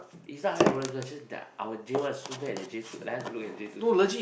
is not I like older girls it's just that our J one is so bad that J two like I have to look at the J twos